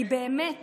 כי באמת